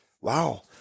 Wow